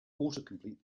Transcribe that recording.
autocomplete